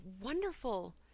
wonderful